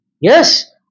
Yes